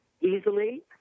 easily